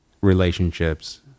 relationships